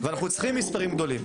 ואנחנו צריכים מספרים גדולים.